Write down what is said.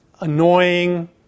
annoying